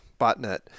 botnet